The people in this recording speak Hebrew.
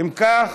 אם כך,